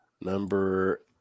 number